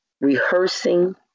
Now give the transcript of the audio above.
rehearsing